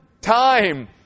time